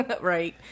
Right